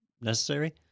necessary